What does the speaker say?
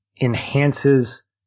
enhances